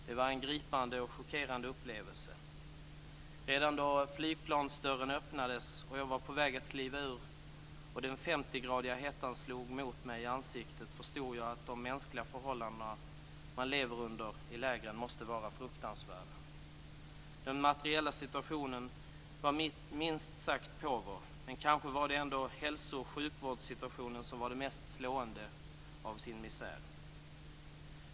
Det var en gripande och chockerande upplevelse. Redan då flygplansdörren öppnades och jag var på väg att kliva ur och den 50-gradiga hettan slog emot mig i ansiktet förstod jag att de förhållanden man lever under i lägren måste vara fruktansvärda. Den materiella situationen var minst sagt påver, men kanske var det ändå hälso och sjukvårdssituationen som var det mest slående i sin misär.